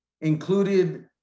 included